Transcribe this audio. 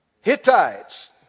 Hittites